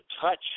touch